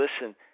listen